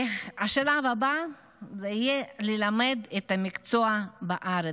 השלב הבא יהיה ללמד את המקצוע בארץ,